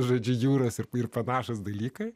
žaidžia jūras ir panašūs dalykai